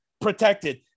protected